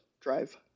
drive